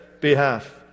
behalf